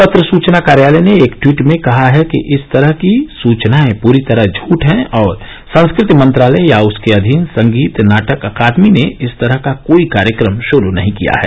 पत्र सूचना कार्यालय ने एक ट्वीट में कहा है कि इस तरह की सूचनाएं पूरी तरह झूठ हैं और संस्कृति मंत्रालय या उसके अधीन संगीत नाटक अकादमी ने इस तरह का कोई कार्यक्रम शुरू नहीं किया है